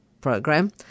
program